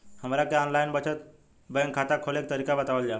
हमरा के online बचत बैंक खाता खोले के तरीका बतावल जाव?